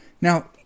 Now